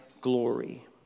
glory